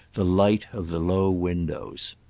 the light of the low windows.